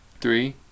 three